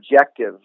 objective